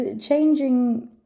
changing